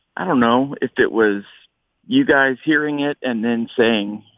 i don't know if it was you guys hearing it and then saying,